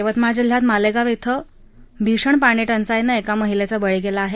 यवतमाळ जिल्ह्यात माळेगाव धि भीषण पाणीटंचाईनं एका महिलेचा बळी गेला आहे